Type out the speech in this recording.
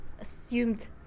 assumed